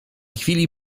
chwili